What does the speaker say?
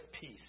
peace